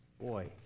Boy